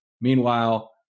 Meanwhile